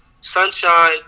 Sunshine